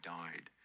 died